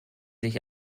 sich